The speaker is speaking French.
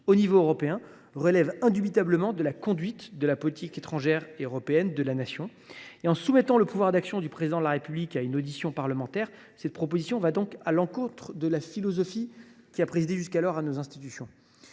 l’échelon européen, relève indubitablement de la conduite de la politique étrangère et européenne de la Nation. En soumettant le pouvoir d’action du Président de la République à une audition parlementaire, cette proposition va à l’encontre de la philosophie qui a présidé jusqu’alors au fonctionnement